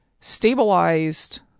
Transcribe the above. stabilized